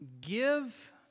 Give